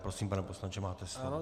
Prosím, pane poslanče, máte slovo.